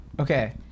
okay